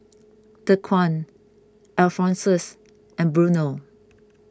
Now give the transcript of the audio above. Dequan Alphonsus and Bruno